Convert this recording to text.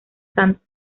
santo